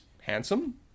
handsome